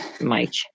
Mike